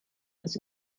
ist